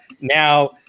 Now